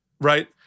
right